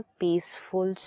peaceful